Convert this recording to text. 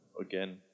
again